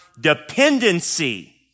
dependency